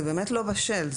זה באמת לא בשל.